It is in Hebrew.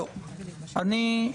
אני,